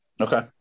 Okay